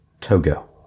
Togo